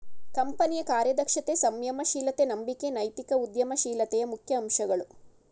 ಕಂಪನಿಯ ಕಾರ್ಯದಕ್ಷತೆ, ಸಂಯಮ ಶೀಲತೆ, ನಂಬಿಕೆ ನೈತಿಕ ಉದ್ಯಮ ಶೀಲತೆಯ ಮುಖ್ಯ ಅಂಶಗಳು